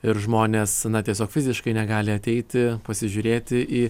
ir žmonės tiesiog fiziškai negali ateiti pasižiūrėti į